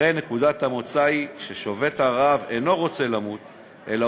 הרי נקודת המוצא היא ששובת הרעב אינו רוצה למות אלא